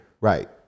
Right